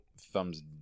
thumbs